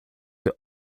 the